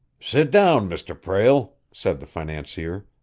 sit down, mr. prale, said the financier.